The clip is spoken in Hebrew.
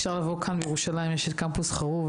אפשר לבוא כאן בירושלים, יש את קמפוס חרוב.